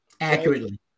accurately